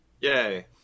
Yay